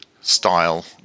style